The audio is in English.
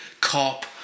cop